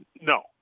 No